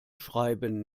schreiben